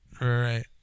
right